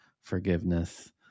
forgiveness